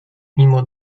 mimo